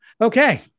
Okay